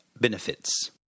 benefits